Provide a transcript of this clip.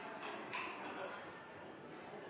takk,